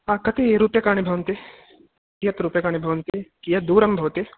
कति रूप्यकाणि भवन्ति कीयद् रूप्यकाणि भवन्ति कीयद् दूरं भवति